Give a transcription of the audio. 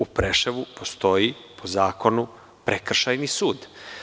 U Preševu postoji, po zakonu, Prekršajni sud.